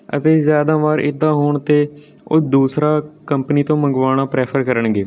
ਅਤੇ ਜ਼ਿਆਦਾ ਵਾਰ ਐਦਾਂ ਹੋਣ 'ਤੇ ਉਹ ਦੂਸਰਾ ਕੰਪਨੀ ਤੋਂ ਮੰਗਵਾਉਣਾ ਪ੍ਰੈਫਰ ਕਰਨਗੇ